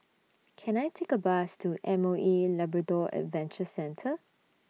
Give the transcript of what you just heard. Can I Take A Bus to M O E Labrador Adventure Centre